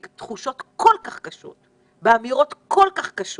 תחושות כל כך קשות ואמירות כל כך קשות